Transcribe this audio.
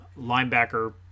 linebacker